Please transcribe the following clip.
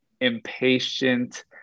impatient